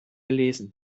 lesen